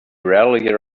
rarely